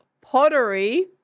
Pottery